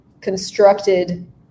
constructed